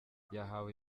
yahawe